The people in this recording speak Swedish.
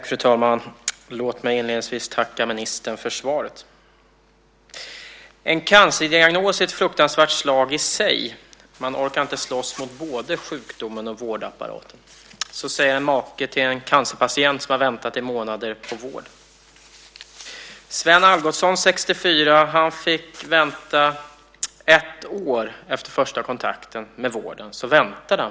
Fru talman! Låt mig inledningsvis tacka ministern för svaret. En cancerdiagnos är ett fruktansvärt slag i sig. Man orkar inte slåss mot både sjukdomen och vårdapparaten. Så säger en make till en cancerpatient som har väntat i månader på vård. Sven Algotsson, 64, väntade fortfarande ett år efter första kontakten med vården.